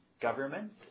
government